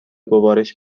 گوارش